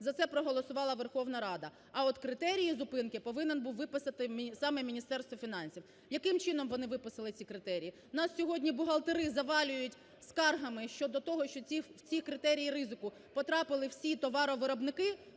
за це проголосувала Верховна Рада. А от критерії зупинки повинне було виписати саме Міністерство фінансів. Яким чином вони виписали ці критерії? Нас сьогодні бухгалтери завалюють скаргами щодо того, що в ці критерії ризику потрапили всі товаровиробники,